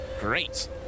great